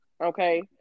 Okay